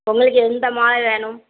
உங்களுக்கு எந்த மாலை வேணும்